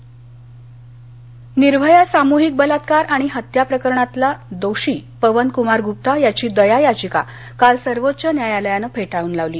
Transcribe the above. निर्भया निर्भया सामुहिक बलात्कार आणि हत्या प्रकरणातला दोषी पवन कृमार गृप्ता याची दया याचिका काल सर्वोच्च न्यायालयान फेटाळून लावली